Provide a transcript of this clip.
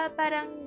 parang